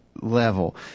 level